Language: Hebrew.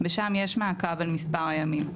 ושם יש מעקב על מספר הימים,